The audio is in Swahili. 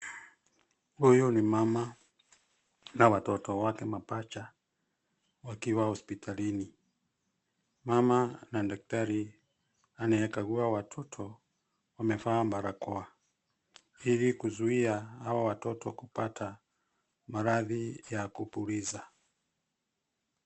Huyu ni mama na watoto wake mapacha wakiwa hosipitalini. Mama na daktari anayekagua watototo, wamevaa barakoa ili kuzuia hawa watoto kupata maradhi ya kupuliza.